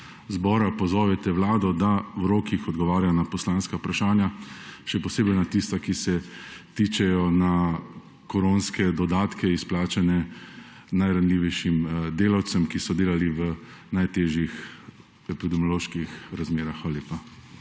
zbora pozovete Vlado, da v rokih odgovarja na poslanska vprašanja, še posebej na tista, ki se tičejo koronskih dodatkov, izplačanih najranljivejšim delavcem, ki so delali v najtežjih epidemioloških razmerah.